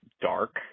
dark